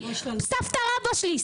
סבתא רבא שלי,